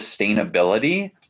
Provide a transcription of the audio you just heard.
sustainability